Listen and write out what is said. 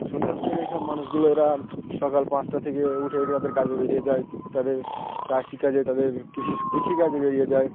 সুন্দরবনে এই সব মানুষগুলো এরা সকাল পাঁচটা থেকে উঠে তাদের কাজে বেরিয়ে যায় তাদের কৃষিকাজে তাদের কৃষি কৃষিকাজে বেরিয়ে যায়